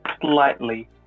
slightly